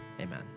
Amen